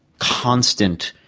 constant,